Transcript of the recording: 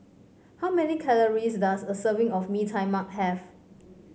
how many calories does a serving of Mee Tai Mak have